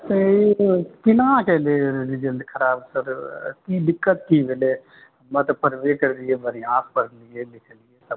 ई केनाके अयलै रिजल्ट खराब की दिक्कत की भेलै हमे तऽ पढ़बे करलिए बढ़िऑं पढ़लिए लिखलिए सब